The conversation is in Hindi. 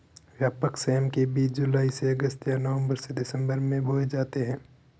व्यापक सेम के बीज जुलाई से अगस्त या नवंबर से दिसंबर में बोए जाते हैं